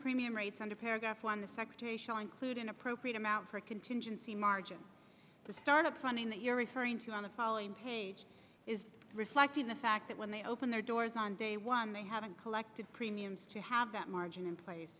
premium rates under paragraph one the secretary show include an appropriate amount for a contingency margin the start up funding that you're referring to on the following reflecting the fact that when they open their doors on day one they haven't collected premiums to have that margin in place